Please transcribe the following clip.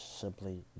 simply